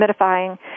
humidifying